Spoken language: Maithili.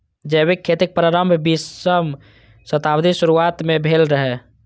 जैविक खेतीक प्रारंभ बीसम शताब्दीक शुरुआत मे भेल रहै